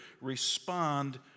respond